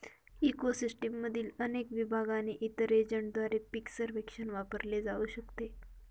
eco सिस्टीममधील अनेक विभाग आणि इतर एजंटद्वारे पीक सर्वेक्षण वापरले जाऊ शकते